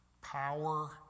Power